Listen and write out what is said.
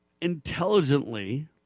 intelligently